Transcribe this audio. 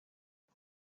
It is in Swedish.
jag